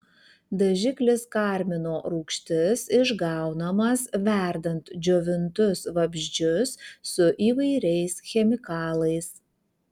dažiklis karmino rūgštis išgaunamas verdant džiovintus vabzdžius su įvairiais chemikalais